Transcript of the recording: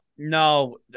No